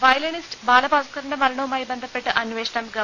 violinist ബാലഭാസ്കൂറിന്റെ മരണവുമായി ബന്ധപ്പെട്ട അന്വേഷണം ഗവ